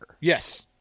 Yes